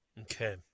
Okay